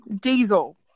Diesel